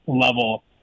level